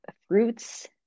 Fruits